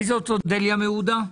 אודליה מעודה.